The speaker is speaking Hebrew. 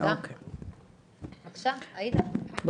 תודה רבה.